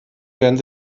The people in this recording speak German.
werden